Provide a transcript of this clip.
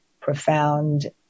profound